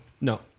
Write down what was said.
No